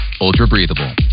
ultra-breathable